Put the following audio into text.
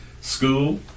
School